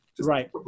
Right